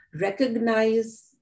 recognize